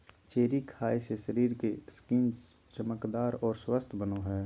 cherry खाय से शरीर के स्किन चमकदार आर स्वस्थ बनो हय